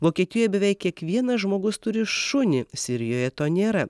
vokietijoj beveik kiekvienas žmogus turi šunį sirijoje to nėra